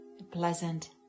pleasant